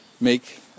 make